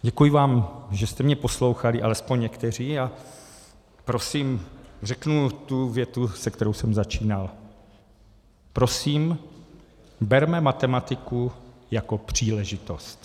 Děkuji vám, že jste mě poslouchali, alespoň někteří, a prosím řeknu tu větu, se kterou jsem začínal prosím, berme matematiku jako příležitost.